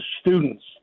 students